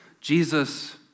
Jesus